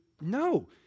no